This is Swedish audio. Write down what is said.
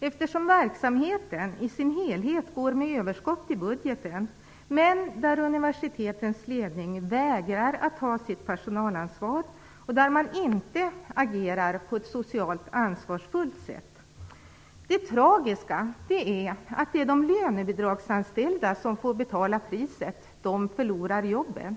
eftersom verksamheten i sin helhet går med överskott i budgeten. Men universitetets ledning vägrar att ta sitt personalansvar och agerar inte på ett socialt ansvarsfullt sätt. Det tragiska är att det är de lönebidragsanställda som får betala priset. De förlorar jobben.